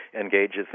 engages